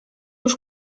już